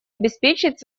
обеспечить